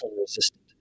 resistant